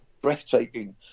breathtaking